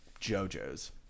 JoJo's